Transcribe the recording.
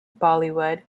bollywood